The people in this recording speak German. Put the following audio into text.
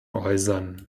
äußern